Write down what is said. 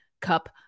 Cup